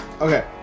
Okay